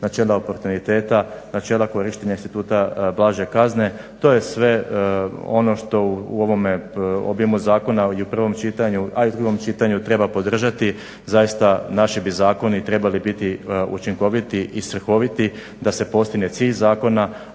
načela oportuniteta, načela korištenja instituta blaže kazne to je sve ono što u ovome obimu zakona u prvom čitanju, a i u drugom čitanju treba podržati zaista naši bi zakoni trebali biti učinkoviti i svrhoviti da se postigne cilj zakona,